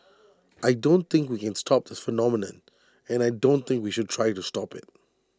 I don't think we can stop this phenomenon and I don't think we should try to stop IT